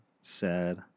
Sad